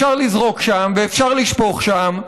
אפשר לזרוק שם ואפשר לשפוך שם,